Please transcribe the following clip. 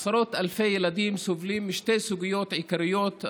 עשרות אלפי ילדים סובלים משתי סוגיות עיקריות,